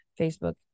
facebook